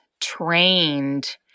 trained